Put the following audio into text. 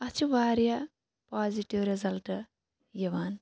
اتھ چھِ واریاہ پازٹِو رِزَلٹ یِوان